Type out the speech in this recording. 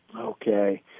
Okay